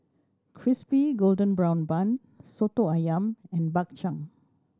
Crispy Golden Brown Bun Soto Ayam and Bak Chang